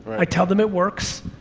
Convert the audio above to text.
i tell them it works,